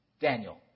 Daniel